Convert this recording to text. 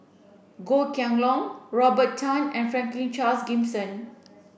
Goh Kheng Long Robert Tan and Franklin Charles Gimson